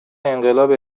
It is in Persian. انقلاب